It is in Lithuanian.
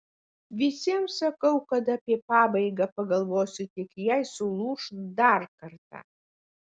visiems sakau kad apie pabaigą pagalvosiu tik jei sulūš dar kartą